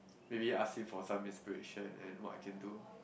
maybe ask him for some inspiration and what I can do